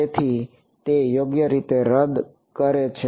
તેથી તે યોગ્ય રીતે રદ કરે છે